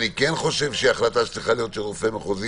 אני כן חושב שהיא החלטה שצריכה להיות של רופא מחוזי.